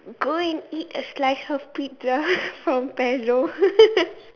go and eat a slice of pizza from Pezzo